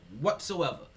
whatsoever